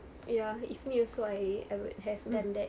ya if me also I I'd have done that